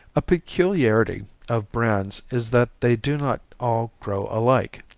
a peculiarity of brands is that they do not all grow alike.